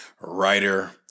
writer